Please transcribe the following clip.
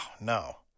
no